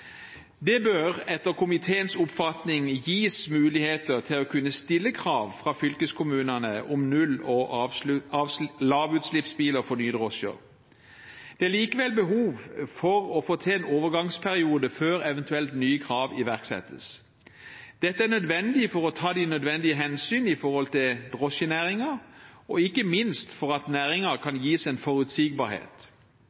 Det bør etter komiteens oppfatning gis mulighet til å kunne stille krav fra fylkeskommunene om null- og lavutslippsbiler for nye drosjer. Det er likevel behov for å få til en overgangsperiode før eventuelt nye krav iverksettes. Dette er nødvendig for å ta de nødvendige hensyn til drosjenæringen, og ikke minst for at næringen kan